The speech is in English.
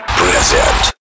present